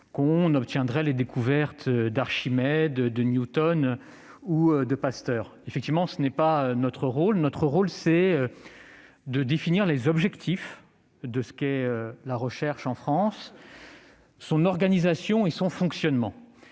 l'on obtiendrait les découvertes d'Archimède, de Newton ou de Pasteur. En effet, ce n'est pas notre rôle. Notre rôle consiste à définir les objectifs de ce qu'est la recherche en France, son organisation et son fonctionnement,